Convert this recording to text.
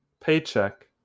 paycheck